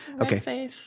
Okay